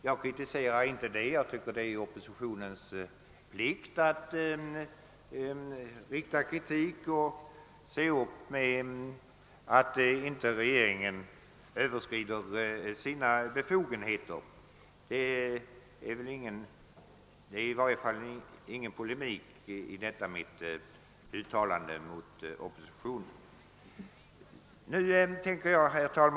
Jag kritiserar inte detta, eftersom jag tycker att det är oppositionens plikt att rikta kritik och se till att regeringen inte överskrider sina befogenheter. Det ligger i varje fall inte någon polemik mot oppositionen i detta uttalande. Herr talman!